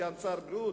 סגן שר הבריאות,